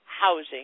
housing